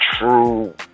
true